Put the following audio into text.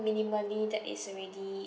minimally that is already